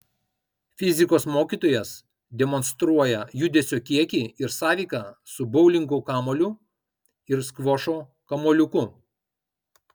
fizikos mokytojas demonstruoja judesio kiekį ir sąveiką su boulingo kamuoliu ir skvošo kamuoliuku